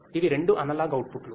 ఇవి రెండు అనలాగ్ అవుట్పుట్లు